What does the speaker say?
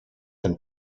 and